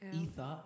ether